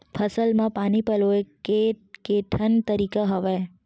फसल म पानी पलोय के केठन तरीका हवय?